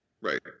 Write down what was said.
Right